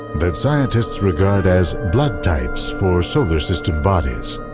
that scientists regard as blood types for solar system bodies.